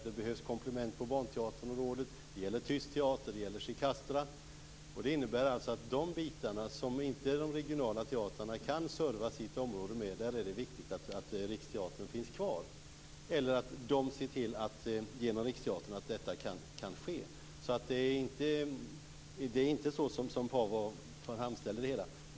Det behövs komplement på barnteaterområdet, Tyst teater osv. Det är viktigt för de bitar, som inte de regionala teatrarna kan serva sitt område med, att Riksteatern finns kvar eller ser till att detta kan ske. Det är inte så som Paavo Vallius framställer det hela.